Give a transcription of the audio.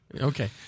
Okay